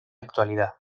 actualidad